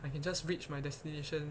I can just reach my destination